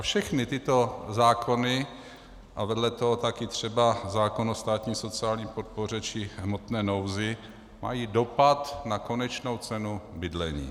Všechny tyto zákony a vedle toho třeba taky zákon o státní sociální podpoře či hmotné nouzi mají dopad na konečnou cenu bydlení.